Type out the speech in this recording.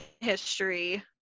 history